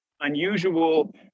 unusual